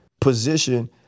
position